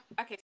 Okay